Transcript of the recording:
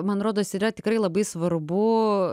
man rodos yra tikrai labai svarbu